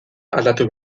aldatu